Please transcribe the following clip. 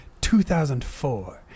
2004